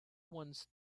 ones